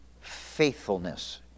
faithfulness